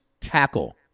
tackle